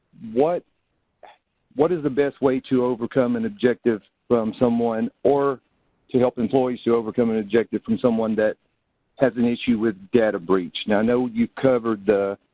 what what is the best way to overcome an objective from someone, or to help employees to overcome an objective from someone that has an issue with data breach? now, i know you covered the,